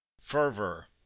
fervor